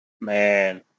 Man